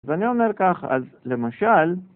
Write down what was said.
ואני אומר כך, אז למשל.